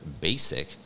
basic